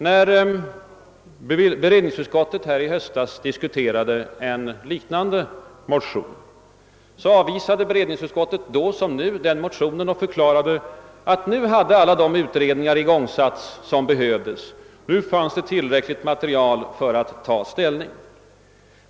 När allmänna beredningsutskottet i höstas diskuterade en liknande motion, avvisade utskottet liksom i år motionen och förklarade att nu hade alla de utredningar igångsatts som behövdes, nu fanns det tillräckligt material för att ta ställning.